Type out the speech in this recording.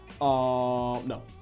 no